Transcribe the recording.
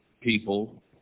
people